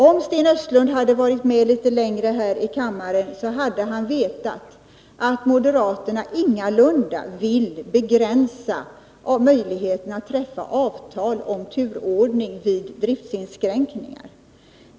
Om Sten Östlund hade varit med litet längre här i kammaren, hade han vetat att moderaterna ingalunda vill begränsa möjligheterna att träffa avtal om turordningen vid driftsinskränkningar.